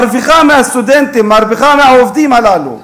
מרוויחה מהסטודנטים, מרוויחה מהעובדים הללו.